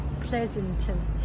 Pleasanton